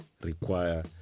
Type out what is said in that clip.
require